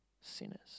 sinners